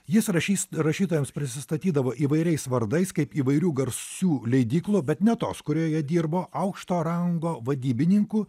jis rašys rašytojams prisistatydavo įvairiais vardais kaip įvairių garsių leidyklų bet ne tos kurioje dirbo aukšto rango vadybininku